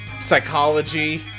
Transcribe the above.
psychology